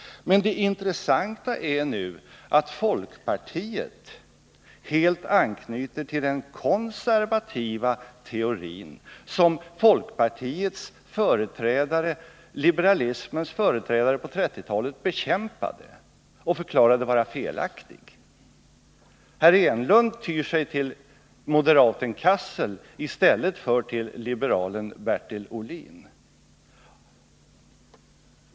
Men det intressanta är nu att folkpartiet helt anknyter till den konservativa teori som folkpartiets och liberalismens företrädare på 1930 talet bekämpade och förklarade vara felaktig. Herr Enlund tyr sig till moderaten Cassel i stället för till liberalen Bertil Ohlin.